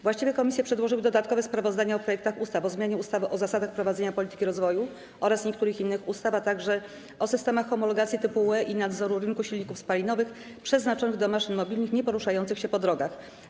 Właściwe komisje przedłożyły dodatkowe sprawozdania o projektach ustaw: - o zmianie ustawy o zasadach prowadzenia polityki rozwoju oraz niektórych innych ustaw, - o systemach homologacji typu UE i nadzoru rynku silników spalinowych przeznaczonych do maszyn mobilnych nieporuszających się po drogach.